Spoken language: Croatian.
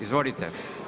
Izvolite.